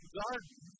garden